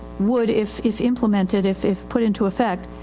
would if, if implemented, if, if put into effect,